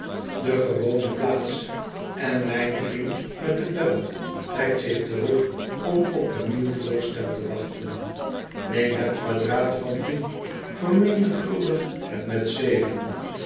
de gewone plaats en myn vriend met de buil trekt zich terug om op een nieuw voorstel te wachten neem het kwadraat van vermenigvuldig het met